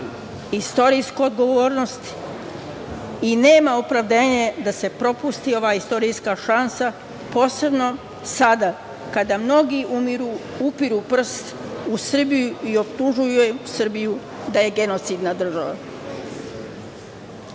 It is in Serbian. istorijsku odgovornost i nema opravdanje da se propusti ova istorijska šansa, posebno sada kada mnogi upiru prst u Srbiju i optužuju Srbiju da je genocidna država. Ko